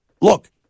Look